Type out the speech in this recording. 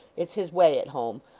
it's his way at home.